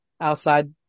outside